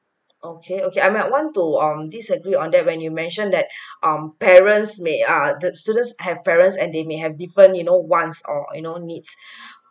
okay okay I might want to um disagree on that when you mentioned that um parents may are that students have parents and they may have different you know wants or you know needs